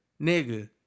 Nigga